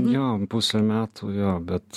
jo pusę metų jo bet